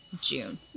June